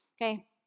Okay